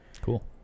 cool